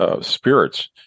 spirits